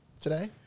today